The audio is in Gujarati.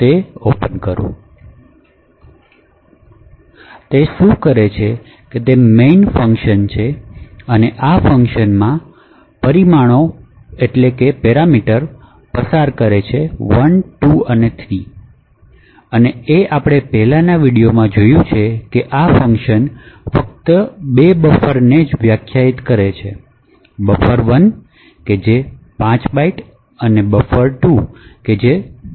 તે શું કરે છે કે તે મેઇન ફંકશન છે અને આ ફંકશન માં પરિમાણો પસાર કરે છે 1 2 અને 3 અને તે આપણે પહેલાનાં વીડિયોમાં જોયું છે કે આ ફંકશન ફક્ત બે બફર ને વ્યાખ્યાયિત કરે છે buffer1 કે જે 5 બાઇટ્સ અને buffer2 કે જે 10 બાઇટ્સનું છે